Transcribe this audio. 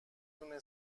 دونه